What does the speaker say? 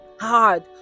hard